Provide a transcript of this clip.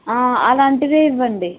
అలాంటిదే ఇవ్వండి